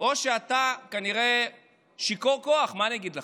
או שאתה כנראה שיכור כוח, מה אני אגיד לכם?